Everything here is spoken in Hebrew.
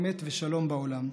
אמת ושלום בעולם.